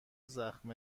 زخم